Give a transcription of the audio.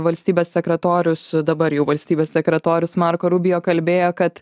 valstybės sekretorius dabar jau valstybės sekretorius marko rubio kalbėjo kad